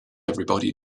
everybody